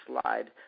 slide